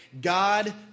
God